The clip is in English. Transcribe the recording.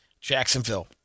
Jacksonville